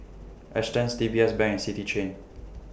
Astons D B S Bank City Chain